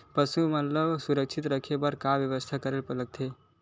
पशु मन ल सुरक्षित रखे बर का बेवस्था करेला लगथे?